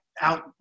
out